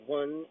one